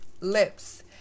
lips